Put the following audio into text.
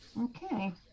okay